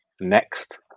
next